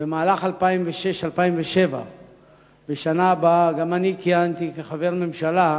במהלך 2006 2007 גם אני כיהנתי כחבר ממשלה.